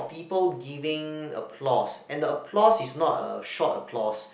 people giving applause and the applause is not a short applause